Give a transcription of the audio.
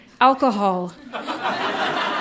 alcohol